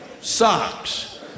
socks